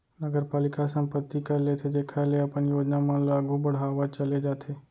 नगरपालिका ह संपत्ति कर लेथे जेखर ले अपन योजना मन ल आघु बड़हावत चले जाथे